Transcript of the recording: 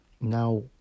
Now